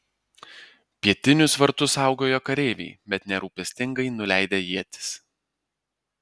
pietinius vartus saugojo kareiviai bet nerūpestingai nuleidę ietis